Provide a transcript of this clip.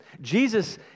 Jesus